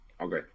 Okay